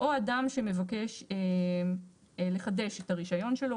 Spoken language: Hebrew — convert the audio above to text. או אדם המבקש לחדש את הרישיון שלו.